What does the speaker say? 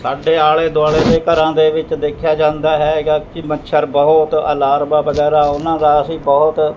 ਸਾਡੇ ਆਲ਼ੇ ਦੁਆਲ਼ੇ ਦੇ ਘਰਾਂ ਦੇ ਵਿੱਚ ਦੇਖਿਆ ਜਾਂਦਾ ਹੈਗਾ ਕਿ ਮੱਛਰ ਬਹੁਤ ਅਲਾਰਬਾ ਵਗੈਰਾ ਉਹਨਾਂ ਦਾ ਅਸੀਂ ਬਹੁਤ